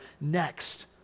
next